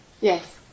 Yes